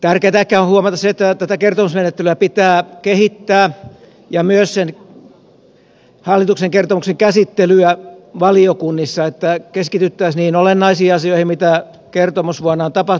tärkeätä ehkä on huomata se että pitää kehittää kertomusmenettelyä ja hallituksen kertomuksen käsittelyä valiokunnissa jotta keskityttäisiin olennaisiin asioihin joita kertomusvuonna on tapahtunut